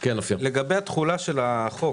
לגבי התחולה של החוק